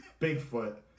Bigfoot